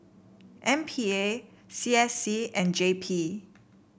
M P A C S C and J P